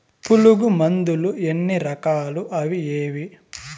పులుగు మందులు ఎన్ని రకాలు అవి ఏవి?